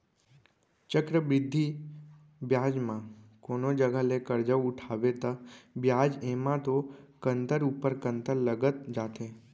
चक्रबृद्धि बियाज म कोनो जघा ले करजा उठाबे ता बियाज एमा तो कंतर ऊपर कंतर लगत जाथे